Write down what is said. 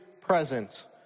presence